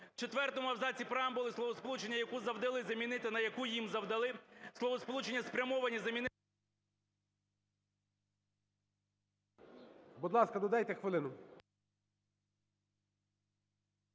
У четвертому абзаці преамбули словосполучення "яку завдали" замінити на "яку їм завдали", словосполучення "спрямовані" замінити… ГОЛОВУЮЧИЙ. Будь ласка, додайте хвилину.